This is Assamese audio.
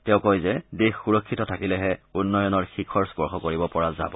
তেওঁ কয় যে দেশ সুৰক্ষিত থাকিলেহে উন্নয়নৰ শিখৰ স্পৰ্শ কৰিব পৰা যাব